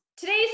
Today's